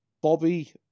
Bobby